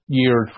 year